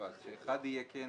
כלומר אחד יהיה כן